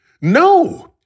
No